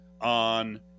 on